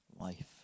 life